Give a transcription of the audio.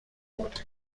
بودیم